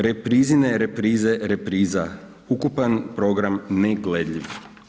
Reprizine reprize repriza, ukupan program ne gledljiv.